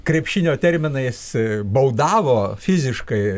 krepšinio terminais baudavo fiziškai